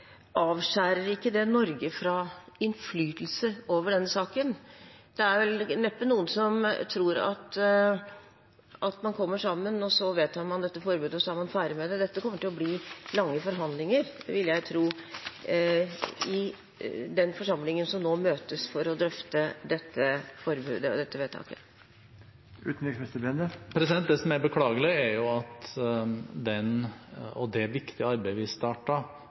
Avskjærer ikke det Norge fra innflytelse over denne saken? Det er vel neppe noen som tror at man kommer sammen, og så vedtar man dette forbudet, og så er man ferdig med det. Dette kommer til å bli lange forhandlinger, vil jeg tro, i den forsamlingen som nå møtes for å drøfte dette vedtaket. Det som er beklagelig, er at det viktige arbeidet